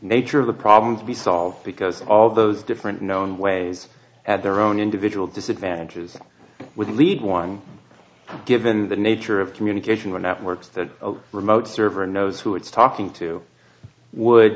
nature of the problem to be solved because all those different known ways at their own individual disadvantages would lead one given the nature of communication with networks that a remote server knows who it's talking to would